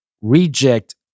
reject